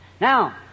Now